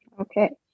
Okay